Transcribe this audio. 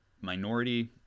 minority